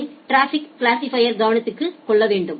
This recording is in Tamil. அதை ட்ராஃபிக் கிளாசிபைர் கவனித்துக் கொள்ள வேண்டும்